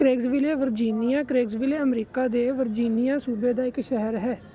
Craigsville Virginia Craigsville America ਦੇ Virginia ਸੂਬੇ ਦਾ ਇੱਕ ਸ਼ਹਿਰ ਹੈ